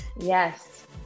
Yes